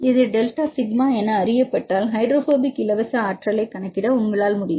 இது delta sigma என அறியப்பட்டால் ஹைட்ரோபோபிக் இலவச ஆற்றலைக் கணக்கிட உங்களால் முடியும்